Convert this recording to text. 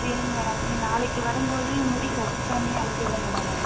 சரிங்க மேடம் நீங்கள் நாளைக்கு வரும்போது முடி கட் பண்ணி அனுப்பி விடுங்க மேடம்